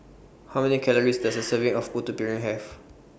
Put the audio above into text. How Many Calories Does A Serving of Putu Piring Have